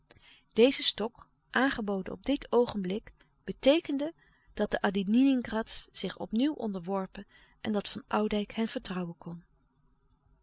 deze stok aangeboden op dit oogenblik beteekende dat de adiningrats zich opnieuw onderworpen en dat van oudijck hen vertrouwen kon